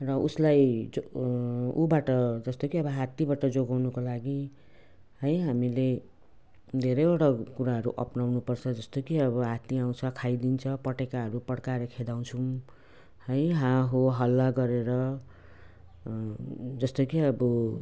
र उसलाई ज उबाट जस्तै कि अब हात्तीबाट जोगाउनुको लागि है हामीले धेरैवटा कुराहरू अप्नाउनुपर्छ जस्तो कि अब हात्ती आउँछ खाइदिन्छ पटेकाहरू पड्काएर खेदाउँछौँ है हा हो हल्ला गरेर जस्तै कि अब